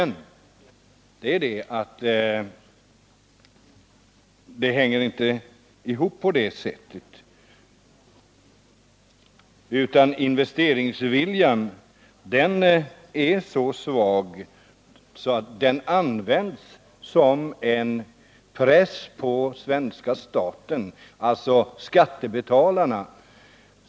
Nej, det hänger inte ihop på det sättet! Investeringsviljan är svag därför att den används som press på svenska staten, alltså skattebetalarna.